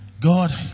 God